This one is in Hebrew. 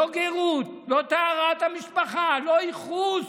לא גרות, לא טהרת המשפחה, לא ייחוס.